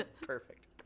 perfect